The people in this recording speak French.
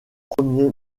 premiers